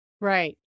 Right